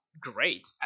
great